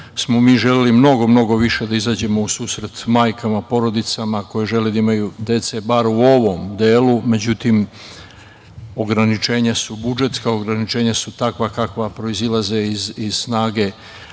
smo mi želeli mnogo mnogo više da izađemo u susret majkama, porodicama koje žele da imaju dece, bar u ovom delu. Međutim, ograničenja su budžetska, ograničenja su takva kakva proizilaze iz snage